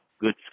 good